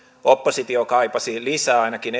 oppositio kaipasi lisää ainakin